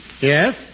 Yes